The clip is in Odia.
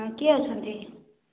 କିଏ ଅଛନ୍ତି